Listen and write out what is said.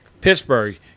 Pittsburgh